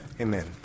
Amen